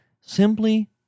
Simply